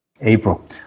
April